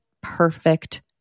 perfect